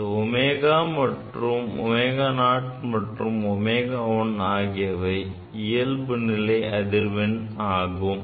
இந்த ω0 மற்றும் ω1 ஆகியவை இயல்புநிலை அதிர்வெண் என்று அழைக்கப்படும்